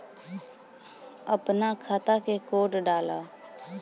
अपना खाता के कोड डाला